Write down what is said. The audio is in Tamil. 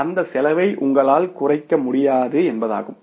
எனவே அந்த செலவை உங்களால் குறைக்க முடியாது என்பதாகும்